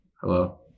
Hello